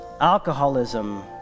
alcoholism